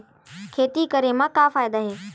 खेती करे म का फ़ायदा हे?